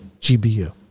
GBU